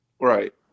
Right